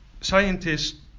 scientists